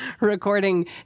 recording